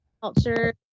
culture